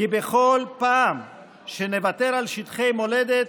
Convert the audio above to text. כי בכל פעם שנוותר על שטחי מולדת,